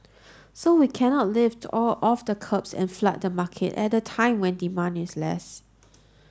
so we cannot lift all of the curbs and flood the market at a time when demand is less